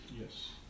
yes